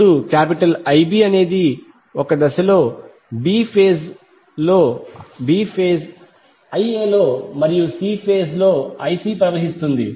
ఇప్పుడు Ib అనేది ఒక దశలో బి ఫేజ్ Ia లో మరియు సి ఫేజ్ లో Ic ప్రవహిస్తుంది